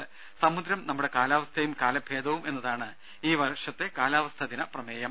സമുദ്രം നമ്മുടെ കാലാവസ്ഥയും കാലഭേദവും എന്നതാണ് ഈ വർഷത്തെ കാലാവസ്ഥ ദിന പ്രമേയം